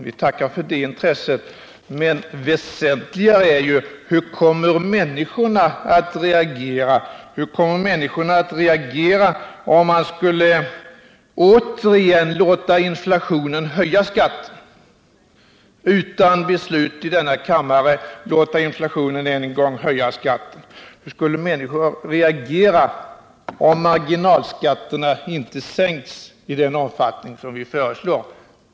Vi tackar för det intresset, men väsentligare är hur de många människorna reagerar om man genom beslut här i kammaren än en gång låter inflationen höja skatten. Hur reagerar människorna om marginalskatterna inte sänks i den omfattning som vi föreslår?